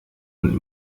und